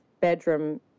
bedroom